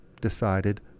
decided